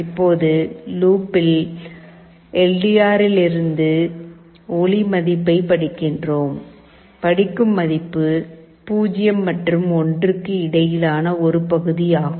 இப்போது லூப்பில் L D ஆரிடமிருந்து ஒளி மதிப்பைப் படிக்கிறோம் படிக்கும் மதிப்பு 0 மற்றும் 1 க்கு இடையிலான ஒரு பகுதியாகும்